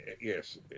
Yes